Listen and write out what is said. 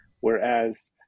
whereas